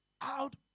out